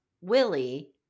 Willie